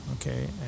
okay